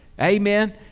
Amen